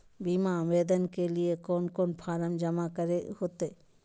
बीमा आवेदन के लिए कोन कोन फॉर्म जमा करें होते